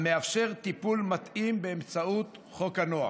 המאפשר טיפול מתאים באמצעות חוק הנוער.